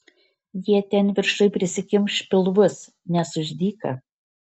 jie ten viršuj prisikimš pilvus nes už dyka